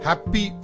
Happy